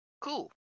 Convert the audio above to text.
Cool